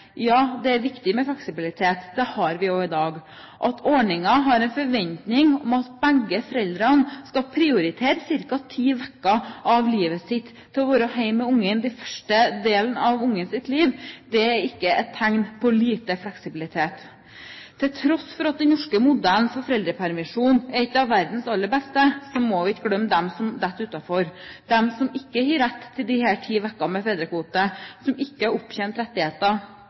Ja, det er viktig med fleksibilitet. Det har vi i dag. At ordningen har en forventning om at begge foreldre skal prioritere ca. ti uker av livet sitt til å være hjemme med barnet den første delen av barnets liv, er ikke et tegn på lite fleksibilitet. Til tross for at den norske modellen for foreldrepermisjon er en av verdens aller beste, må vi ikke glemme dem som detter utenfor, dem som ikke har rett til disse ti ukene med fedrekvote, som ikke har opptjent rettigheter,